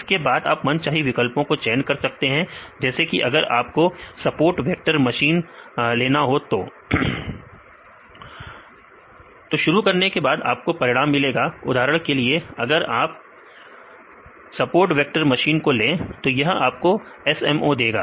इसके बाद आप तो शुरू करने के बाद आपको परिणाम मिलेगा उदाहरण के लिए अगर आप सपोर्ट वेक्टर मशीन को ले तो यह आपको SMO देगा